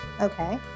Okay